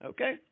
Okay